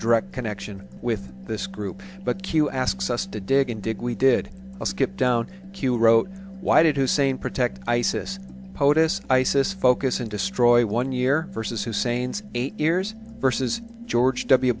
direct connection with this group but q asks us to dig and dig we did skip down q wrote why did hussein protect isis poetess isis focus and destroy one year versus hussein's eight years versus george w